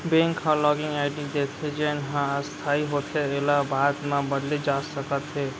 bank ह login ID देथे जेन ह अस्थाई होथे एला बाद म बदले जा सकत हे